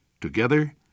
Together